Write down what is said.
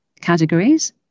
categories